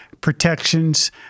protections